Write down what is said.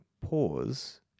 pause